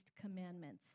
commandments